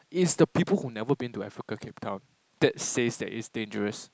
it's the people who never been to Africa Cape Town that says that it's dangerous